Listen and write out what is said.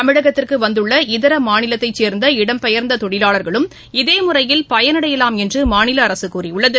தமிழகத்திற்குவந்துள்ள இதரமாநிலத்தைசேர்ந்த இடம்பெயர்ந்ததொழிலாளர்களும் இதேமுறையில் பயனடையலாம் என்றுமாநிலஅரசுகூறியுள்ளது